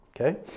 Okay